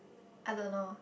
I don't know